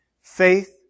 Faith